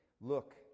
Look